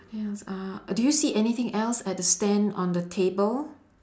else uh do you see anything else at the stand on the table